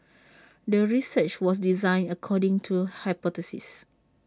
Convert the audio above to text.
the research was designed according to hypothesis